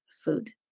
food